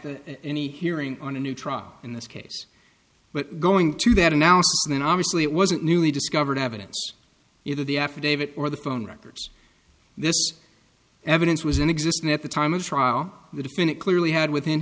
the any hearing on a new trial in this case but going to that announcement obviously it wasn't newly discovered evidence either the affidavit or the phone records this evidence was in existence at the time of trial the defendant clearly had within